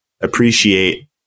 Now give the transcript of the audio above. appreciate